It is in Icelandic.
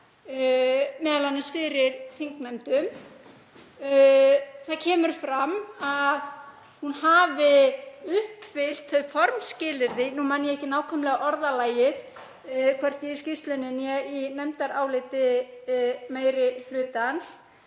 m.a. fyrir þingnefndum. Það kemur fram að hún hafi uppfyllt formskilyrði, nú man ég ekki nákvæmlega orðalagið, hvorki í skýrslunni né í nefndaráliti meiri hlutans,